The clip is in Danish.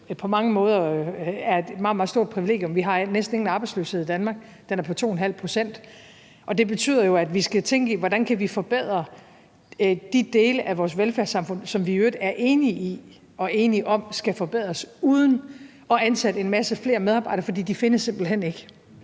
på mange måder er et meget, meget stort privilegium, at vi næsten ikke har nogen arbejdsløshed i Danmark. Den er på 2½ pct., og det betyder jo, at vi skal tænke i, hvordan vi kan forbedre de dele af vores velfærdssamfund, som vi i øvrigt er enige i og enige om skal forbedres, uden at ansætte en masse flere medarbejdere, for de findes simpelt hen ikke.